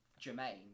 Jermaine